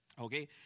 Okay